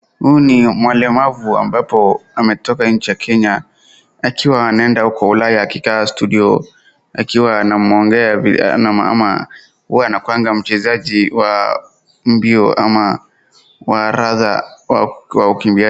Huu ni mlemavu ambapo ametoka nje ya Kenya akiwa anaenda uko Ulaya akikaa studio akiwa anamwongea vile ama huwa anakuwa mchezaji wa mbio ama waradha wa wakimbiaji.